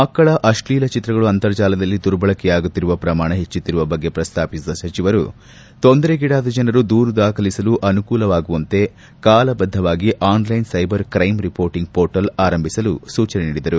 ಮಕ್ಕಳ ಅಶ್ಲೀಲ ಚಿತ್ರಗಳು ಅಂತರ್ಜಾಲದಲ್ಲಿ ದುರ್ಬಳಕೆಯಾಗುತ್ತಿರುವ ಪ್ರಮಾಣ ಹೆಚ್ಚುತ್ತಿರುವ ಬಗ್ಗೆ ಪ್ರಸ್ತಾಪಿಸಿದ ಸಚಿವರು ತೊಂದರೆಗೀಡಾದ ಜನರು ದೂರು ದಾಖಲಿಸಲು ಅನುಕೂಲವಾಗುವಂತೆ ಕಾಲಬದ್ದವಾಗಿ online cyber crime reporting portal ಆರಂಭಿಸಲು ಸೂಚನೆ ನೀಡಿದರು